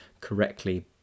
correctly